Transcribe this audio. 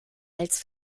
als